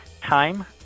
time